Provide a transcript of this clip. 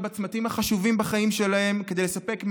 בצמתים החשובים בחיים שלהם כדי לספק מידע,